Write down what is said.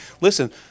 listen